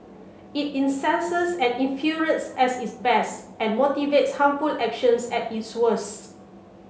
it incenses and infuriates at its best and motivates harmful actions at its worst